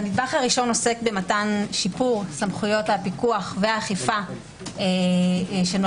הראשון עוסק במתן שיפור סמכויות הפיקוח והאכיפה שנועדו